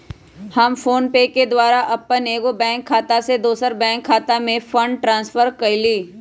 हम फोनपे के द्वारा अप्पन एगो बैंक खता से दोसर बैंक खता में फंड ट्रांसफर क लेइले